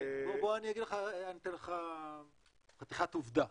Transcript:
אני אתן לך חתיכת עובדה.